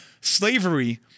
slavery